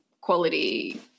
quality